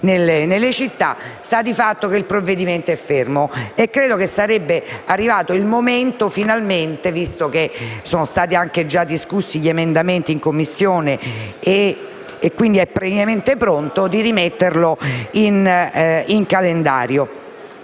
nelle città. Sta di fatto che il provvedimento è fermo. Ebbene, credo sia arrivato il momento, finalmente, visto che sono stati anche già discussi gli emendamenti in Commissione e che quindi il provvedimento è praticamente pronto, di rimetterlo in calendario.